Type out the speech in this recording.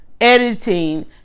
Editing